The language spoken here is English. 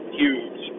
huge